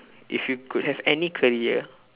if you could have any career